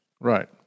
Right